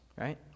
right